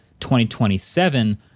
2027